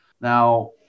Now